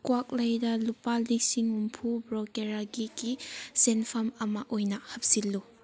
ꯀ꯭ꯋꯥꯛꯂꯩꯗ ꯂꯨꯄꯥ ꯂꯤꯁꯤꯡ ꯍꯨꯝꯐꯨ ꯕ꯭ꯔꯣꯀ꯭ꯔꯦꯖꯀꯤ ꯁꯦꯟꯐꯝ ꯑꯃ ꯑꯣꯏꯅ ꯍꯥꯞꯆꯤꯜꯂꯨ